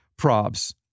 Probs